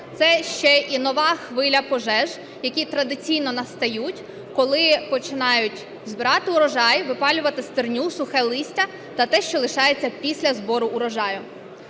це ще і нова хвиля пожеж, які традиційно настають, коли починають збирати урожай, випалювати стерню, сухе листя та те, що лишається після збору урожаю.